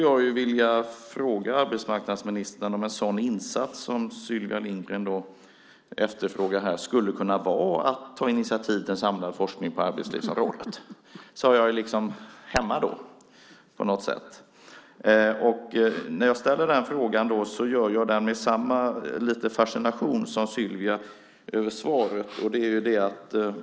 Jag vill fråga arbetsmarknadsministern om en sådan insats som Sylvia Lindgren efterfrågar skulle kunna vara att ta initiativ till en samlad forskning på arbetslivsområdet. Då är jag liksom hemma på något sätt. När jag ställer den frågan gör jag det med samma fascination över svaret som Sylvia.